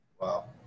Wow